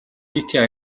нийтийн